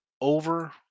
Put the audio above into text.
over